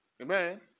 Amen